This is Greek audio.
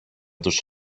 τους